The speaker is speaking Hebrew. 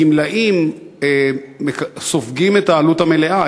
הגמלאים סופגים את העלות המלאה,